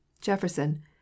Jefferson